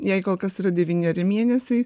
jai kol kas yra devyneri mėnesiai